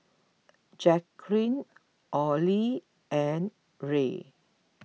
Jacquline Olie and Rae